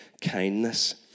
kindness